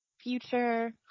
future